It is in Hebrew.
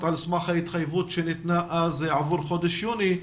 על סמך ההתחייבות שניתנה אז עבור חודש יוני,